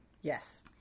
Yes